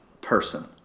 person